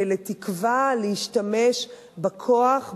בתקווה להשתמש בכוח,